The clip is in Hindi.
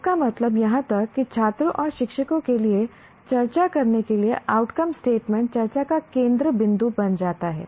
इसका मतलब यहां तक कि छात्रों और शिक्षकों के लिए चर्चा करने के लिए आउटकम स्टेटमेंट चर्चा का केंद्र बिंदु बन जाता है